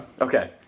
Okay